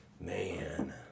Man